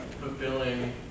fulfilling